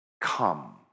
come